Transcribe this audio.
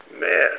Man